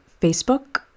Facebook